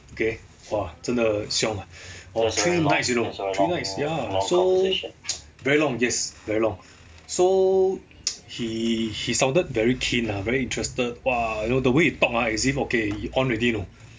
K !wah! 真的 xiong ah three nights you know three nights ya so very long yes very long so he he sounded very keen lah very interested !wah! you know the way he talk ah as if okay he on already know